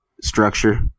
structure